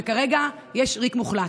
כשכרגע יש ריק מוחלט.